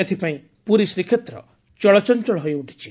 ଏଥପାଇଁ ପୁରୀ ଶ୍ରୀକ୍ଷେତ୍ର ଚଳଚଞ୍ଚଳ ହୋଇଉଠିଛି